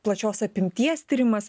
plačios apimties tyrimas